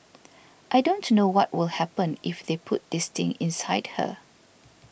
I don't know what will happen if they put this thing inside her